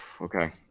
Okay